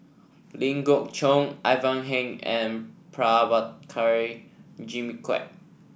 Ling Geok Choon Ivan Heng and Prabhakara Jimmy Quek